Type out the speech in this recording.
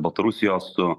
baltarusijos su